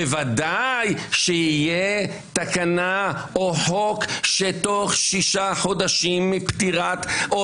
בוודאי שיהיו תקנה או חוק שבתוך שישה חודשים מפטירת הרב,